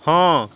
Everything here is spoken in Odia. ହଁ